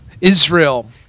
Israel